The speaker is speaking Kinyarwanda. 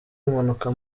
impanuka